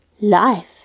Life